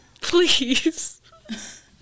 Please